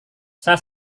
saya